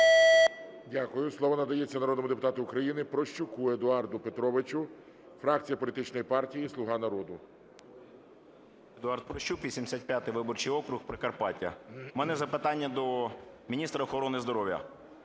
Дякую. Слово надається народному депутату України Прощуку Едуарду Петровичу, фракція політичної партії "Слуга народу". 10:48:59 ПРОЩУК Е.П. Едуард Прощук, 85 виборчий округ, Прикарпаття. У мене запитання до міністра охорони здоров'я.